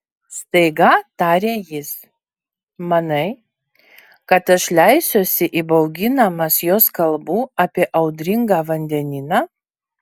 staiga tarė jis manai kad aš leisiuosi įbauginamas jos kalbų apie audringą vandenyną